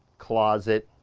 closet,